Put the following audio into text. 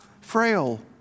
frail